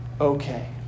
okay